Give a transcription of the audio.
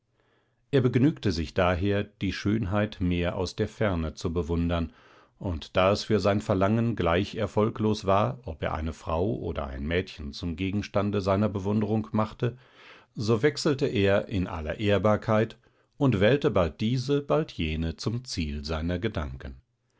er begnügte sich daher die schönheit mehr aus der ferne zu bewundern und da es für sein verlangen gleich erfolglos war ob er eine frau oder ein mädchen zum gegenstande seiner bewunderung machte so wechselte er in aller ehrbarkeit und wählte bald diese bald jene zum ziel seiner gedanken